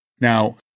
Now